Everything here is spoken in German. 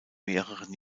mehreren